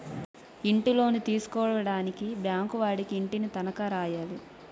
ఇంటిలోను తీసుకోవడానికి బ్యాంకు వాడికి ఇంటిని తనఖా రాయాలి